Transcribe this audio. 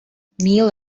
neal